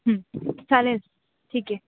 हं चालेल ठीक आहे